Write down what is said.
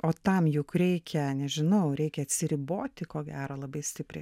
o tam jug reikia nežinau reikia atsiriboti ko gero labai stipriai